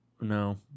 no